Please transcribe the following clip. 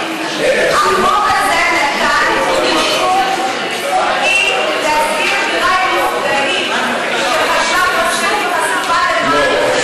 החוק הזה נתן אישור חוקי להשכיר דירה עם מפגעים של חשמל וחשיפה למים,